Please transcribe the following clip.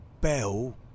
Bell